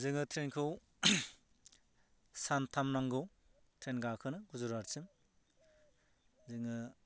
जोङो ट्रेनखौ सानथाम नांगौ ट्रेन गाखोनो गुजरातसिम जोङो